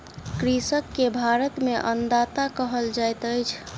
कृषक के भारत में अन्नदाता कहल जाइत अछि